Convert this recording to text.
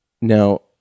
Now